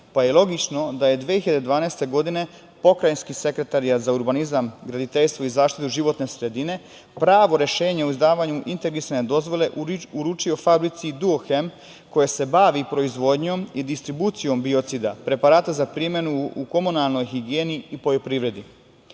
pa je logično da je 2012. godine Pokrajinski sekretarijat za urbanizam, graditeljstvo i zaštitu životne sredine pravo rešenje o izdavanju integrisane dozvole uručio je fabrici „Duohem“ koja se bavi proizvodnjom i distribucijom biocida, preparata za primenu u komunalnoj higijeni i poljoprivredi.Za